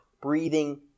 breathing